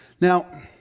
Now